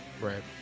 Right